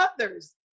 others